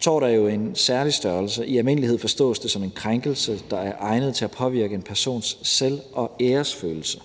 Tort er jo en særlig størrelse. I almindelighed forstås det som en krænkelse, der er egnet til at påvirke en persons selv- og æresfølelse.